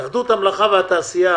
התאחדות המלאכה והתעשייה,